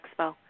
Expo